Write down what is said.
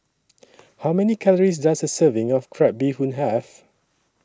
How Many Calories Does A Serving of Crab Bee Hoon Have